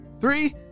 three